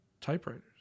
typewriters